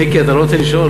מיקי, אתה לא רוצה לשאול?